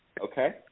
okay